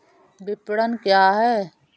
विपणन क्या है?